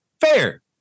fair